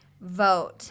Vote